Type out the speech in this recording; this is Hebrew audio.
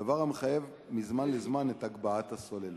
דבר המחייב מזמן לזמן את הגבהת הסוללות.